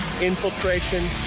infiltration